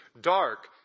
dark